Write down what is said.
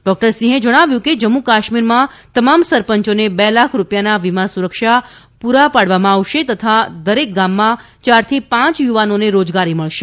doctor સિંહે જણાવ્યું કે જમ્મુકાશ્મીરમાં તમામ સરપંચોને બે લાખ રૂપિયાના વીમા સુરક્ષા પૂરી પાડવામાં આવશે તથા દરેક ગામમાં યારથી પાંચ યુવાનોને રોજગારી મળશે